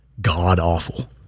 god-awful